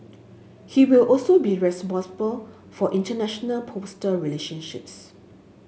he will also be responsible for international postal relationships